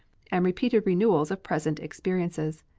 and repeated renewals of present experiences.